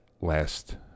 last